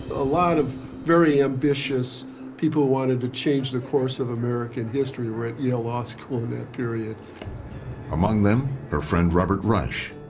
a lot of very ambitious people who wanted to change the course of american history were at yale law school in that period. narrator among them her friend robert reich,